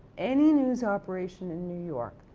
any news operation in new york?